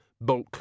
bulk